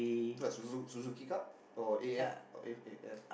what suzu~ Suzuki-Cup or A_F or A_A_F